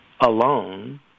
alone